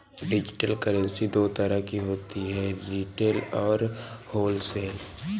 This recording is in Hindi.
डिजिटल करेंसी दो तरह की होती है रिटेल और होलसेल